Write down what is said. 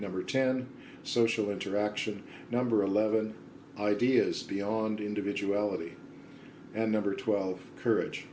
number ten social interaction number eleven ideas beyond individuality and number twelve courage